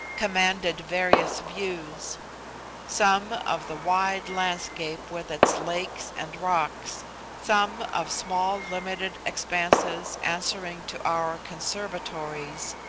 commanded various views some, of the wide landscape with its lakes and rocks some, of small limited expanses answering to our conservatories,